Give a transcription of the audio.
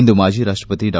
ಇಂದು ಮಾಜಿ ರಾಷ್ಟಪತಿ ಡಾ